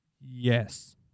Yes